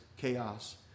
chaos